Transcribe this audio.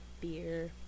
beer